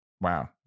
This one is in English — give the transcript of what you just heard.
Wow